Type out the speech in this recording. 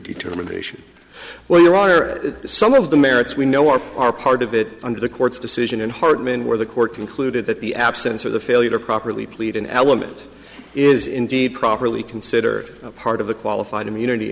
determination well your honor some of the merits we know are our part of it under the court's decision and hartmann where the court concluded that the absence of the failure properly plead an element is indeed properly considered part of a qualified immunity